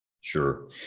Sure